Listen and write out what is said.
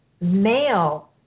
male